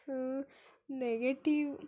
negative